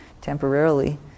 temporarily